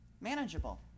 manageable